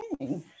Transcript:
okay